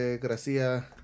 Gracia